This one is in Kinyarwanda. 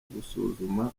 gusuzuma